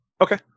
Okay